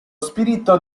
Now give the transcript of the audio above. spirito